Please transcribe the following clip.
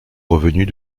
revenus